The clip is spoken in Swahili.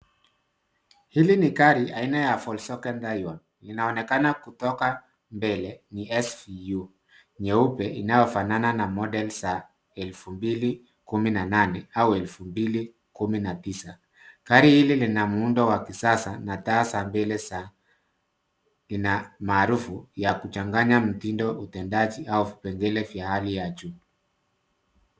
Hili ni gari aina ya Vokswagen Hayward inaonekana kutoka mbele ni SUV nyeupe inayofanana na model za 2019 au 2019. Gari hili lina muundo wa kisasa na taa za mbele ina maarufu ya kuchanganya mtindo ya utendaji au vipengele vya hali ya juu.